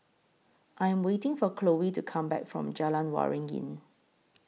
I Am waiting For Khloe to Come Back from Jalan Waringin